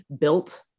built